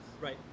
right